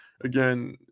again